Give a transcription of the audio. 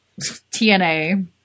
TNA